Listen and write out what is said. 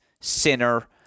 Sinner